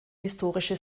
historische